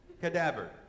Cadaver